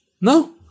No